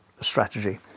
strategy